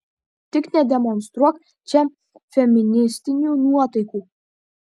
tik nedemonstruok čia feministinių nuotaikų